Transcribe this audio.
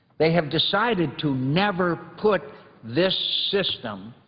they have decided to never put this system,